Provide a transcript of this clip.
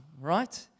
right